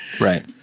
Right